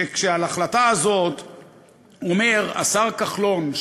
שכשעל ההחלטה הזאת אומר השר כחלון,